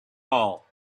all